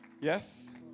Yes